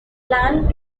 land